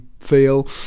feel